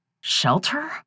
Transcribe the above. Shelter